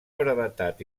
brevetat